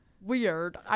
weird